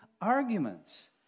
arguments